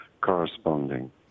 corresponding